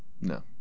No